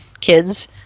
kids